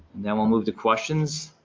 then we'll move to questions.